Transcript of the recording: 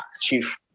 Chief